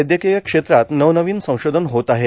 वैद्यकीय क्षेत्रात नवनवीन संशोधन होत आहे